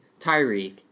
Tyreek